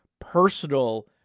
personal